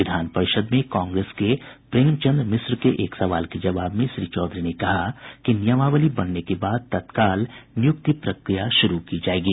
विधान परिषद में कांग्रेस के प्रेमचंद मिश्र के एक सवाल के जवाब में श्री चौधरी ने कहा कि नियमावली बनने के बाद तत्काल नियुक्ति प्रकिया शुरू की जायेगी